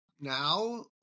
now